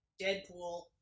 Deadpool